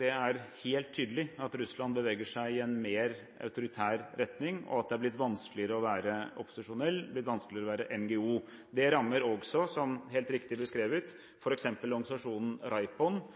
Det er helt tydelig at Russland beveger seg i en mer autoritær retning, og at det er blitt vanskeligere å være opposisjonell og å være NGO. Det rammer også, som helt riktig beskrevet, f.eks. organisasjonen